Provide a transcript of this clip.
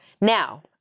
Now